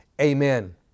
amen